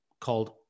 called